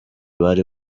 bari